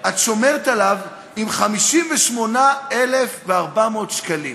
את שומרת עליו עם 58,400 שקלים,